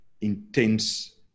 intense